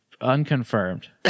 Unconfirmed